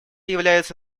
является